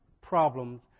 problems